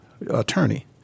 attorney